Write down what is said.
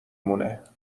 مونه